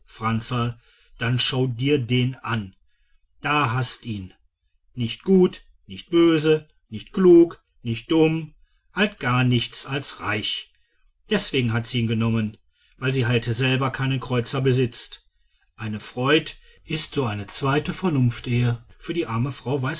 franzl dann schau dir den an da hast ihn nicht gut und nicht böse nicht klug und nicht dumm halt gar nichts als reich deswegen hat sie ihn genommen weil sie halt selber keinen kreuzer besitzt eine freud ist so eine zweite vernunftehe für die arme frau